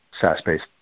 SaaS-based